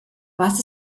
was